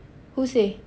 who say